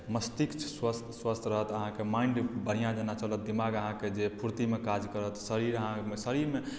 मस्तिष्क स्वस्थ स्वस्थ्य रहत अहाँकेँ माइण्ड बढ़िआँ जेना चलत दिमाग अहाँकेँ जे फुर्तिमे काज करत शरीर अहाँके शरीरमे